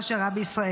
אורית